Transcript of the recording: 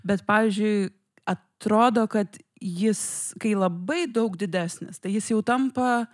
bet pavyzdžiui atrodo kad jis kai labai daug didesnis tai jis jau tampa